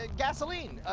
ah gasoline,